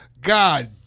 God